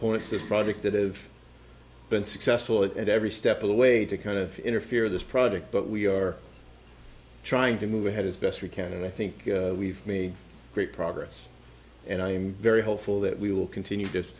point to this project that have been successful at every step of the way to kind of interfere this project but we are trying to move ahead as best we can and i think we've made great progress and i am very hopeful that we will continue